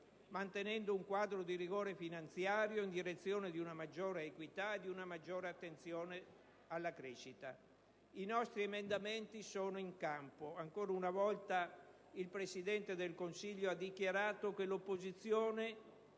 mantenendo un quadro di rigore finanziario in direzione di una maggiore equità e di una maggiore attenzione alla crescita. I nostri emendamenti sono in campo. Ancora una volta il Presidente del Consiglio ha dichiarato che l'opposizione